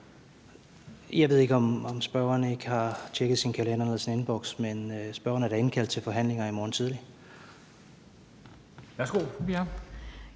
Jeg ved ikke, om spørgeren ikke har tjekket sin kalender eller sin indboks, men spørgeren er da indkaldt til forhandlinger i morgen tidlig. Kl.